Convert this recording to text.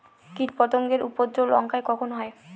কীটপতেঙ্গর উপদ্রব লঙ্কায় কখন হয়?